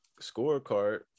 scorecard